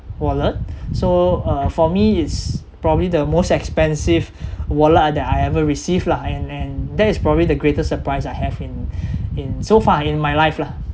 wallet so uh for me it's probably the most expensive wallet that I ever receive lah and and that is probably the greatest surprise I have in in so far in my life lah